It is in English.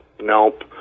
nope